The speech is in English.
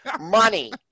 money